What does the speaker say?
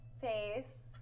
face